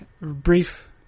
brief